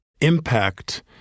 impact